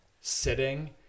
sitting